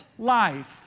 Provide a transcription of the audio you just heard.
life